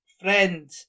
friend